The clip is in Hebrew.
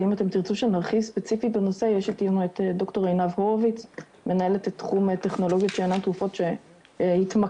ואני רואה את רובם לצערנו בשלבים שהם שלבים